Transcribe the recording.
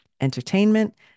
entertainment